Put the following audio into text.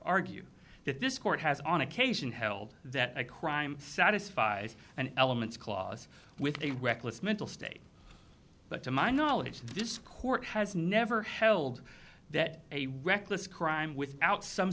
argue that this court has on occasion held that a crime satisfies and elements clause with a reckless mental state but to my knowledge this court has never held that a reckless crime without some